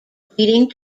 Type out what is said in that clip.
leading